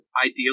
ideally